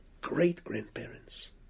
great-grandparents